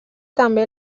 també